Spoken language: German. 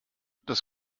das